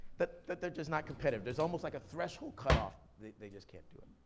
that that they're just not competitive. there's almost like a threshold cutoff, they they just can't do it.